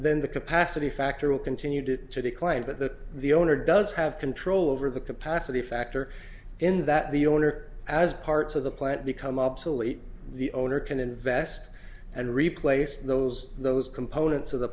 then the capacity factor will continue to decline but the the owner does have control over the capacity factor in that the owner as parts of the plant become obsolete the owner can invest and replace those those components of the